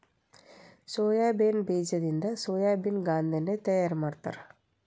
soybean ಬೇಜದಿಂದ ಸೋಯಾಬೇನ ಗಾಂದೆಣ್ಣಿ ತಯಾರ ಮಾಡ್ತಾರ